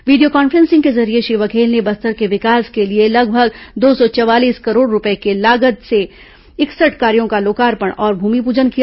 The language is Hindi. वीडियो कॉन्फ्रेंसिंग के जरिये श्री बघेल ने बस्तर के विकास के लिए लगभग दौ सौ चवालीस करोड़ रूपए के लागत के इकसठ कार्यो का लोकार्पण और भूमिपूजन किया